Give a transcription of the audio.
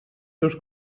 seus